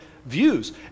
views